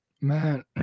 Man